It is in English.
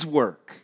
work